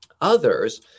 others